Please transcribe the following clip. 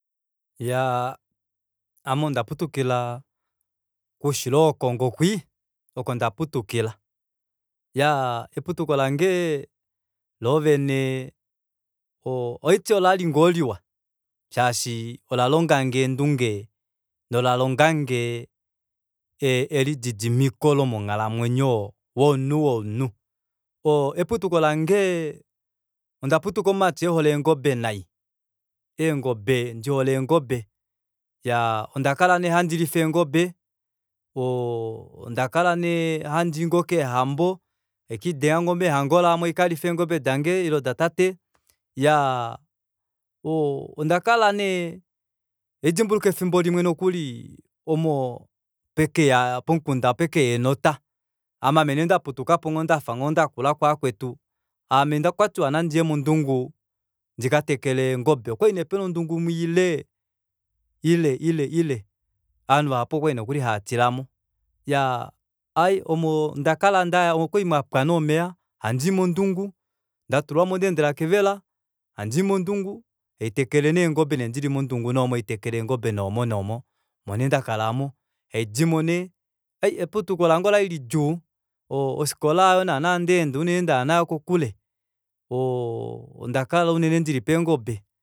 Iyaa ame ondaputukila koushilo wokongo kwii oko ndaputukila iyaa eputuko lange loovene ohaiti okwali ngoo liwa shaashi olalongange eendunge nolalongange elididimiki lomonghalamweyo younhu womunhu eputuko lange ondaputua omumati ehole eengobe nayi eengobe ndihole eengobe iyaa ondakala nee handi lifa eengobe oo ondakala handii ngoo kehambo haikalifa eengobe dange ile datate iyaa oo ondakala nee ohaidimbuluka efimbo limwe nokuli pekeya pomukunda pekeya enota ame aame ndee ndaputuka ndafa ngoo ndakula kuvakwetu aame kwatiwa nandiye mondungu ndika tekele eengobe okwali nee pena ondungu imwe ile ile ile ile ovanhu vahapu okwali nokuli haatilamo iyaa omo ndakala nda okwali mwapwa nee omeva handii mondungu ndatulwamo ndaendela kevela haitekele nee eengobe dili mondungu oomo haitekele nee eengobe nee omo nee omo omonee ndakala aamo haidimo nee ai eputuko lange olali lidjuu ofikola hayo naana ndaenda unene ndaya nayo kokule oo ondakala unene ndili peengobe